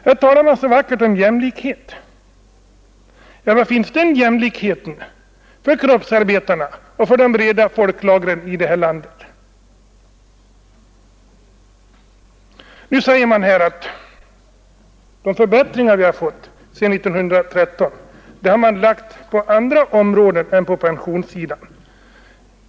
Här talar man så vackert om jämlikhet. Var finns den jämlikheten för kroppsarbetarna och för de breda folklagren i vårt land? Nu säger man att de förbättringar vi fått sedan 1913 har lagts på andra områden än pensionssidan.